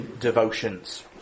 devotions